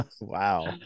Wow